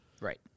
Right